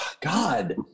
God